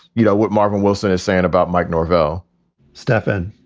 you know, what marvin wilson is saying about mike norvo stefan,